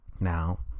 Now